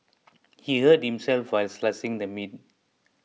he hurt himself while slicing the meat